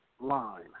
line